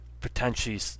potentially